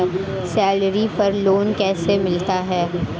Salary पर loan कैसे मिलता है?